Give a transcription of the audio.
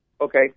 Okay